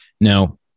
Now